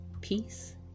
peace